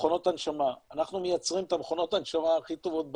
מכונות הנשמה אנחנו מייצרים את מכונות ההנשמה הכי טובות בארץ.